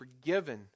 forgiven